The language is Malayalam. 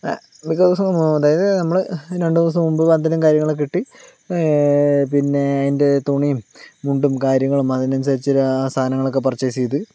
മിക്ക ദിവസം അതായത് നമ്മള് രണ്ട് ദിവസം മുമ്പ് നമ്മള് പന്തലും കാര്യങ്ങളും കെട്ടി പിന്നെ അതിൻ്റെ തുണിം മുണ്ടും കാര്യങ്ങളും അതിനനുസരിച്ച് ആ സാധനങ്ങളൊക്കെ പർച്ചേസ് ചെയ്ത്